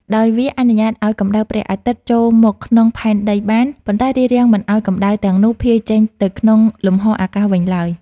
ដោយវាអនុញ្ញាតឱ្យកម្ដៅព្រះអាទិត្យចូលមកក្នុងផែនដីបាន ប៉ុន្តែរារាំងមិនឱ្យកម្ដៅទាំងនោះភាយចេញទៅក្នុងលំហអាកាសវិញឡើយ។